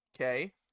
okay